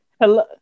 Hello